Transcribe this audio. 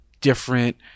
different